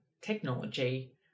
technology